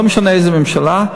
לא משנה איזו ממשלה,